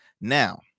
Now